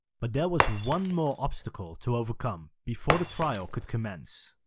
but there was one more obstacle to overcome before the trials could commence.